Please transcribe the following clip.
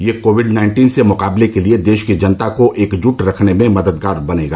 ये Covid nineteen से मुकाबले के लिए देश की जनता को एकजुट रखने में मददगार बनेगा